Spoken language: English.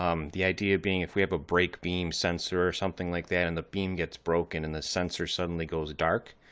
um the idea being if we have a break beam sensor or something like that and the beam gets broken, and the sensor suddenly goes dark,